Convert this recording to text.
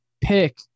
pick –